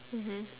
mmhmm